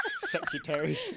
secretary